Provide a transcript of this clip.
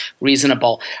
reasonable